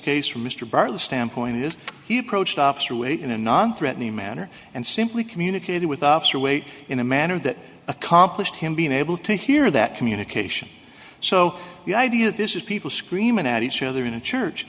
case from mr bartlett standpoint is he approached ops through a in a non threatening manner and simply communicated with officer wait in a manner that accomplished him being able to hear that communication so the idea that this is people screaming at each other in a church